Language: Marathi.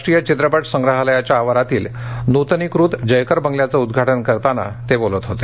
राष्ट्रीय चित्रपट संग्रहालयाच्या आवारातील नुतनीकृत जयकर बंगल्याचं उद्घाटन करताना ते बोलत होते